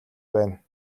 байна